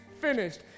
finished